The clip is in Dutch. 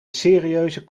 serieuze